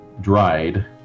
dried